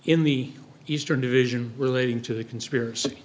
in the eastern division relating to the conspiracy